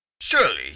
Surely